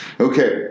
Okay